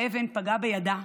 האבן פגעה בידה,